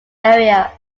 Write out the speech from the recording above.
area